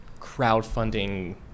crowdfunding